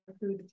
food